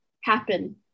happen